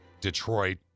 Detroit